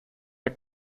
der